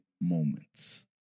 moments